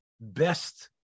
best